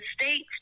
states